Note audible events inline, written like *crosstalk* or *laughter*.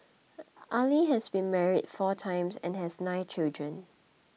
*noise* Ali has been married four times and has nine children